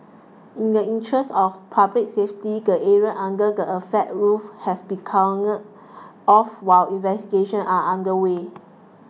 in the interest of public safety the area under the affected roof has been cordoned off while investigations are underway